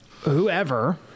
whoever